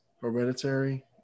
hereditary